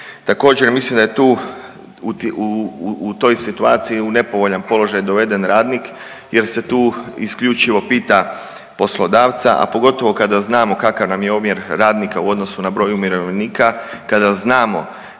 Također mislim da je tu u toj situaciji u nepovoljan položaj doveden radnik jer se tu isključivo pita poslodavca, a pogotovo kada znamo kakav je nam je omjer radnika u odnosu na broj umirovljenika, kada znamo